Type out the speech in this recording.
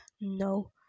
no